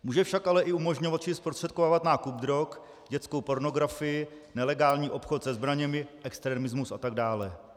Může však ale i umožňovat či zprostředkovávat nákup drog, dětskou pornografii, nelegální obchod se zbraněmi, extremismus atd.